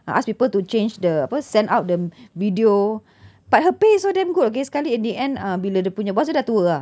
uh ask people to change the apa send out the video but her pay is so damn good okay sekali it in the end bila dia punya boss tu dah tua ah